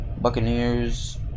Buccaneers